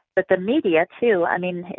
but the media, too. i mean,